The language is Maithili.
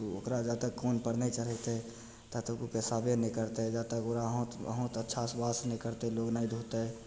ओकरा जा तक कानपर नहि चढ़ेतै ता तक ओ पेशाबे नहि करतै जा तक ओकरा हाथ हाथ अच्छासे वॉश नहि करतै तऽ लोक नहि धोतै